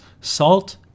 salt